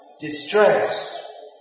distress